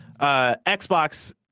Xbox